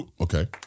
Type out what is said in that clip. okay